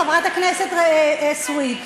חברת הכנסת סויד,